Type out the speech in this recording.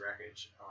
wreckage